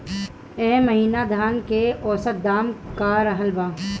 एह महीना धान के औसत दाम का रहल बा?